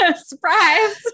surprise